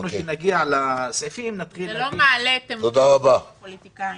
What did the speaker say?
זה לא מעלה את אמון הציבור בפוליטיקאים.